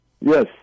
yes